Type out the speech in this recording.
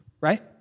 right